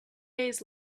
days